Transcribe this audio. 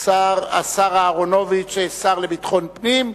ישיב השר אהרונוביץ, השר לביטחון פנים.